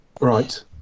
Right